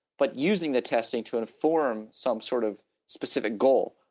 but using the testing to inform some sort of specific goal,